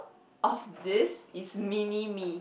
of this is mini me